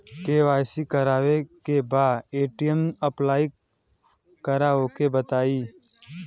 KYC करावे के बा ए.टी.एम अप्लाई करा ओके बताई?